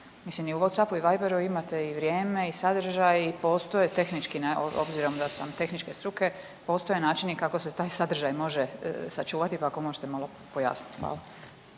Mislim, i u Whatsappu i Viberu imate i vrijeme i sadržaj i postoje tehnički, obzirom da sam tehničke struke, postoje načini kako se taj sadržaj može sačuvati i ako možete malo pojasniti. Hvala.